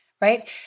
right